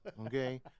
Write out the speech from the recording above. okay